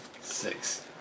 Six